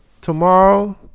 tomorrow